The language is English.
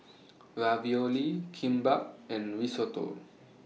Ravioli Kimbap and Risotto